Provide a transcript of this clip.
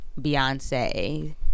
Beyonce